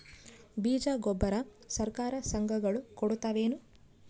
ಬೀಜ ಗೊಬ್ಬರ ಸರಕಾರ, ಸಂಘ ಗಳು ಕೊಡುತಾವೇನು?